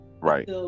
Right